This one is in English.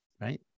Right